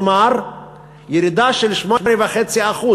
כלומר ירידה של 8.5%,